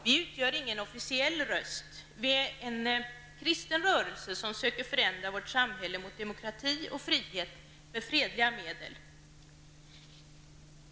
Vi utgör ingen officiell röst, vi är en kristen rörelse som söker förändra vårt samhälle mot demokrati och frihet med fredliga medel.